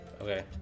Okay